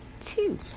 two